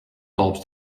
tops